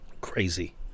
Crazy